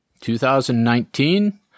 2019